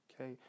okay